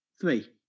three